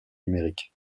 numériques